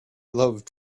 love